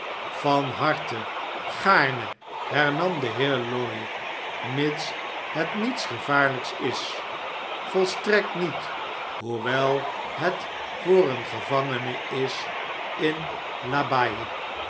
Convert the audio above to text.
van harte gaarne hernam de heer lorry mits het niets gevaarlgks is volstrekt niet hoewel het voor eengevangene is in l'abbaye